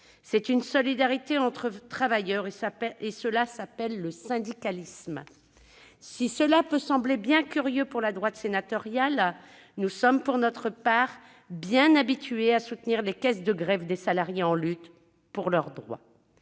C'est une aide entre travailleurs et cela s'appelle le syndicalisme. Si cela peut sembler bien curieux pour la droite sénatoriale, nous sommes, pour notre part, habitués à soutenir les caisses de grève des salariés en lutte pour leurs droits.